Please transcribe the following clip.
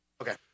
Okay